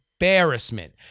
embarrassment